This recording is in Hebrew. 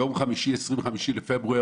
יום חמישי, 25 בפברואר.